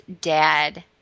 dad